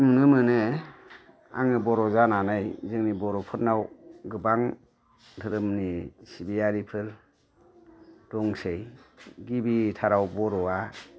नुनो मोनो आङो बर' जानानै जोंनि बर'फोरनाव गोबां धोरोमनि सिबियारिफोर दंसै गिबिथाराव बर'आ